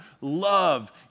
love